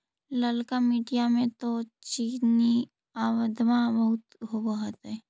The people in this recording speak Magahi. ललका मिट्टी मे तो चिनिआबेदमां बहुते होब होतय?